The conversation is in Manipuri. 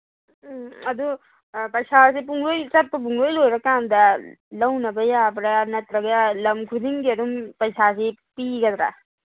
ꯎꯝ ꯑꯗꯨ ꯄꯩꯁꯥꯁꯤ ꯄꯨꯡꯂꯣꯏ ꯆꯠꯄ ꯄꯨꯡꯂꯣꯏ ꯂꯣꯏꯔꯀꯥꯟꯗ ꯂꯧꯅꯕ ꯌꯥꯕ꯭ꯔꯥ ꯅꯠꯇ꯭ꯔꯒ ꯂꯝ ꯈꯨꯗꯤꯡꯒꯤ ꯑꯗꯨꯝ ꯄꯩꯁꯥꯁꯤ ꯄꯤꯒꯗ꯭ꯔꯥ